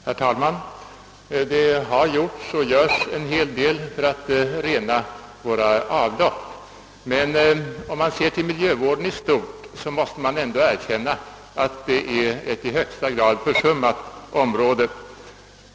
Herr talman! Det har gjorts och görs en del för att rena vårt avloppsvatten, men om man ser till miljövården i stort måste man ändå erkänna att den är ett i högsta grad försummat område.